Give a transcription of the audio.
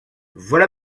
voilà